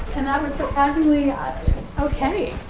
and i was surprisingly okay.